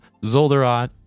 Zolderot